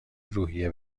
روحیه